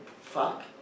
fuck